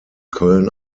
köln